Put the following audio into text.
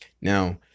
Now